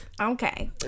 Okay